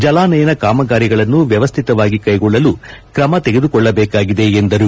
ಜಲಾನಯನ ಕಾಮಗಾರಿಗಳನ್ನು ವ್ಯವಸ್ತುತವಾಗಿ ಕೈಗೊಳ್ಳಲು ಕ್ರಮ ತೆಗೆದುಕೊಳ್ಲಬೇಕಾಗಿದೆ ಎಂದರು